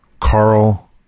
Carl